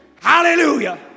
hallelujah